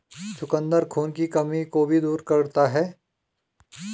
चुकंदर खून की कमी को भी दूर करता है